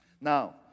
Now